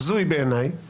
בעיניי הזוי,